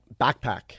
Backpack